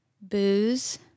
booze